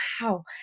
wow